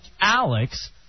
Alex